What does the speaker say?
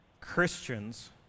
Christians